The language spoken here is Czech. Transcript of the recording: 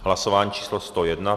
Hlasování číslo 101.